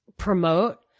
promote